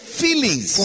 feelings